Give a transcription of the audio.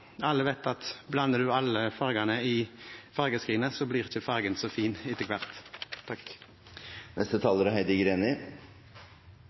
alle vet at blander en alle fargene i fargeskrinet, blir ikke fargen så fin etter hvert. Først vil jeg takke interpellanten for å ta opp en viktig problemstilling. Det er